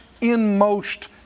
inmost